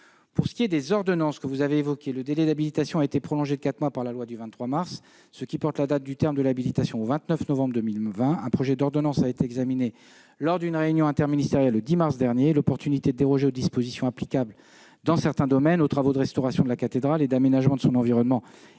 d'habilitation des ordonnances que vous avez évoquées a été prolongé de quatre mois par la loi du 23 mars, ce qui porte la date du terme de l'habilitation au 29 novembre 2020. Un projet d'ordonnance a été examiné lors d'une réunion interministérielle le 10 mars dernier. L'opportunité de déroger aux dispositions applicables dans certains domaines, aux travaux de restauration de la cathédrale et d'aménagement de son environnement